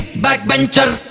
back bencher.